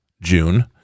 June